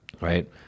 right